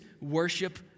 worship